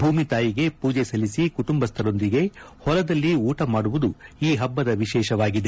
ಭೂಮಿ ತಾಯಿಗೆ ಮೂಜೆ ಸಲ್ಲಿಸಿ ಕುಟಂಬಸ್ಟರೊಂದಿಗೆ ಹೊಲದಲ್ಲಿ ಊಟ ಮಾಡುವುದು ಈ ಹಬ್ಬದ ವಿಶೇಷವಾಗಿದೆ